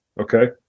Okay